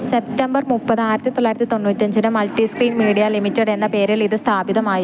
September മുപ്പത് ആയിരത്തി തൊള്ലായിരത്തി തൊണ്ണൂറ്റി അഞ്ചിന് മൾട്ടിസ്ക്രീൻ മീഡിയ ലിമിറ്റഡ് എന്ന പേരിൽ ഇത് സ്ഥാപിതമായി